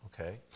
okay